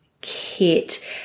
Kit